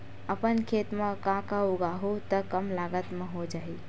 अपन खेत म का का उगांहु त कम लागत म हो जाही?